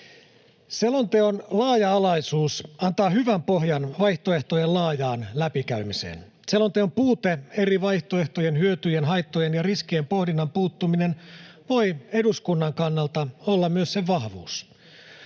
Selonteon laaja-alaisuus antaa hyvän pohjan vaihtoehtojen laajaan läpikäymiseen. Selonteon puute, eri vaihtoehtojen hyötyjen, haittojen ja riskien pohdinnan puuttuminen, voi eduskunnan kannalta olla myös sen vahvuus.